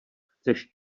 chceš